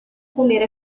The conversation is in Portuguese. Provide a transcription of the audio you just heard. comer